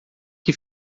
que